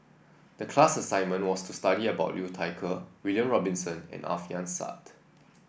the class assignment was to study about Liu Thai Ker William Robinson and Alfian Sa'at